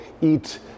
eat